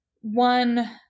one